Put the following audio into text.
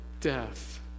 death